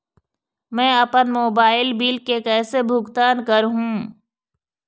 मैं अपन mobile bill के कैसे भुगतान कर हूं?